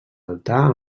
altar